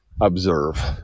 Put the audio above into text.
observe